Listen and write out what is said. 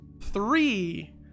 Three